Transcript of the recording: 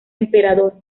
emperador